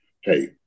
hey